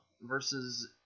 versus